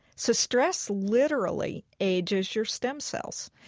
so stress literally ages your stem cells.